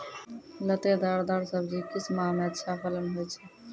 लतेदार दार सब्जी किस माह मे अच्छा फलन होय छै?